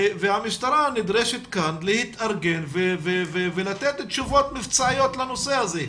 והמשטרה נדרשת כאן להתארגן ולתת תשובות מבצעיות לנושא הזה.